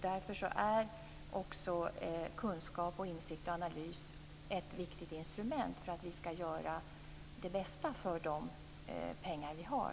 Därför är kunskap, insikt och analys viktiga instrument för att vi skall kunna göra det bästa för de pengar som vi har.